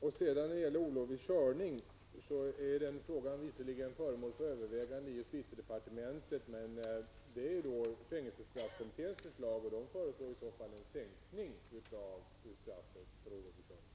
För det andra är visserligen frågan om olovlig körning föremål för övervägande i justitiedepartementet, men utgångspunkten är fängelsestraffkommitténs förslag som går ut på en sänkning av straffet för olovlig körning.